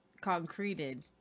concreted